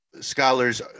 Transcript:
scholars